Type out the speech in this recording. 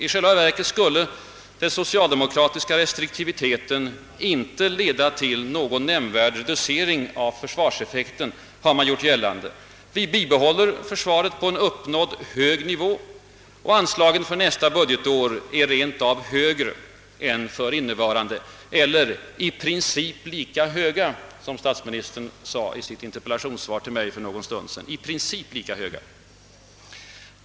I själva verket skulle den socialdemokratiska restriktiviteten inte leda till någon nämnvärd reducering av försvarseffekten, har man gjort gällande. Vi behåller försvaret på en uppnådd hög nivå, och anslagen för nästa budgetår är rent av högre än för innevarande, eller »i princip lika höga», som statsministern sade i sitt interpellationssvar till mig för någon stund sedan. »I princip lika höga»!